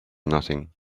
nothing